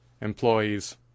employees